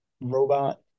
robot